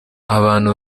abantu